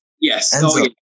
Yes